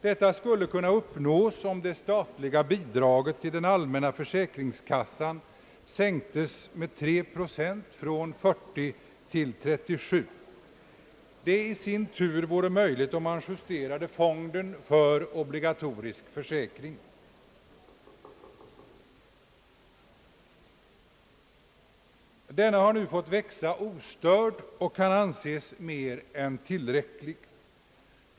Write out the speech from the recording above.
Detta skulle kunna uppnås om det statliga bidraget till den allmänna försäkringskassan sänktes med 3 procent, nämligen från 40 till 37 procent. Det i sin tur vore möjligt om man justerade fonden för obligatorisk försäkring. Denna fond har hittills ostört fått växa, och dess storlek kan nu anses vara mer än tillräcklig.